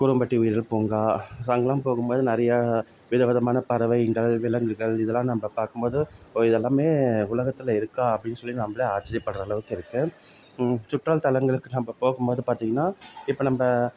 கொலும்பட்டி உயிரியல் பூங்கா ஸோ அங்கெல்லாம் போகும் போது நிறையா வித விதமான பறவைங்கள் விலங்குகள் இதெல்லாம் நம்ப பார்க்கும் போது ஒ இதலாம்மே உலகத்தில் இருக்கா அப்படின் சொல்லி நம்பளே ஆச்சரியப்படுற அளவுக்கு இருக்கு சுற்றுலாத்தலங்களுக்கு நம்ப போகும் போது பார்த்திங்கன்னா இப்போ நம்ப